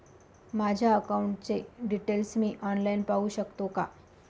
माझ्या अकाउंटचे डिटेल्स मी ऑनलाईन पाहू शकतो का?